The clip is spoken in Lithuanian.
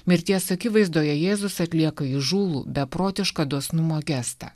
mirties akivaizdoje jėzus atlieka įžūlų beprotišką dosnumo gestą